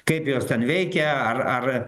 kaip jos ten veikia ar ar